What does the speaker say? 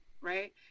Right